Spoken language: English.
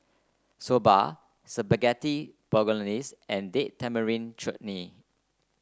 Soba Spaghetti Bolognese and Date Tamarind Chutney